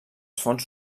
fons